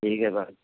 ٹھیک ہے سر